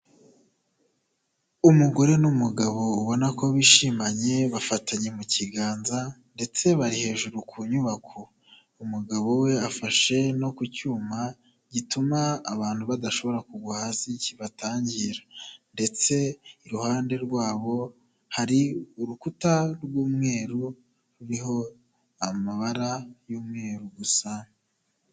Umugore n'umugabo ubona ko bishimanye bafatanye mu kiganza ndetse bari hejuru ku nyubako, umugabo we afashe no ku cyuma gituma abantu badashobora kugwa hasi kibatangira ndetse iruhande rwabo hari urukuta rw'umweru ruriho amabara y'umweru gusa.